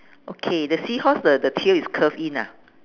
okay the seahorse the the tail is curve in ah